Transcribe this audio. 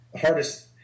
hardest